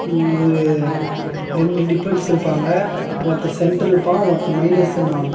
ஒரு ரெண்டு டிபன்ஸ் இருப்பாங்கள் ஒருத்தன் சென்டர் இருப்பான் ஒருத்தன் மைனஸ்ன்னுவாங்க